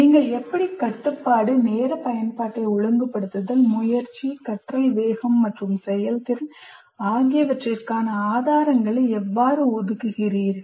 நீங்கள் கட்டுப்பாடு நேர பயன்பாட்டை ஒழுங்குபடுத்துதல் முயற்சி கற்றல் வேகம் மற்றும் செயல்திறன் ஆகியவற்றிற்கான ஆதாரங்களை எவ்வாறு ஒதுக்குகிறீர்கள்